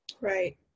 right